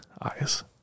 eyes